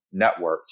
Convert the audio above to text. networked